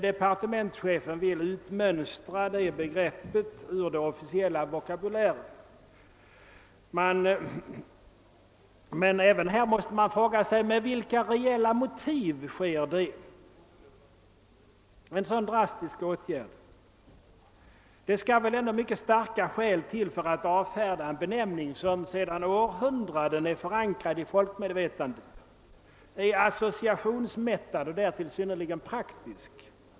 Departementschefen vill utmönstra det begreppet ur den officiella vokabulären, men även här måste man fråga sig, med vilka reella motiv en sådan drastisk åtgärd vidtas. Det skall väl ändå mycket starka skäl till för att avfärda en benämning som sedan århundraden är förankrad i folkmedvetandet, är associationsmättad och därtill synnerligen praktisk.